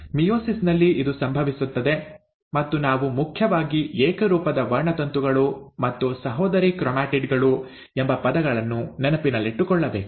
meiosis ನಲ್ಲಿ ಇದು ಸಂಭವಿಸುತ್ತದೆ ಮತ್ತು ನಾವು ಮುಖ್ಯವಾಗಿ ಏಕರೂಪದ ವರ್ಣತಂತುಗಳು ಮತ್ತು ಸಹೋದರಿ ಕ್ರೊಮ್ಯಾಟಿಡ್ ಗಳು ಎಂಬ ಪದಗಳನ್ನು ನೆನಪಿಟ್ಟುಕೊಳ್ಳಬೇಕು